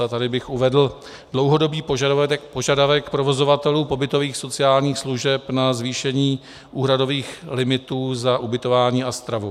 A tady bych uvedl dlouhodobý požadavek provozovatelů pobytových sociálních služeb na zvýšení úhradových limitů za ubytování a stravu.